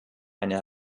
eine